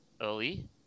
early